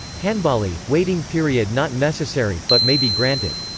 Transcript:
hanbali waiting period not necessary, but may be granted.